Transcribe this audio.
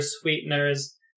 sweeteners